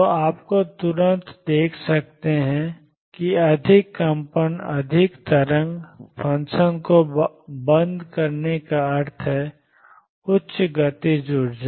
तो आप तुरंत देख सकते हैं कि अधिक कंपन अधिक तरंग फ़ंक्शन को बंद करने का अर्थ है उच्च गतिज ऊर्जा